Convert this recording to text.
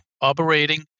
operating